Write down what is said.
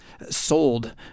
sold